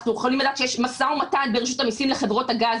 אנחנו יכולים לדעת שיש משא ומתן בין רשות המיסים לחברות הגז,